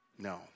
No